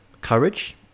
courage